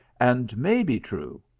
and may be true,